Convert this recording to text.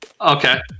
Okay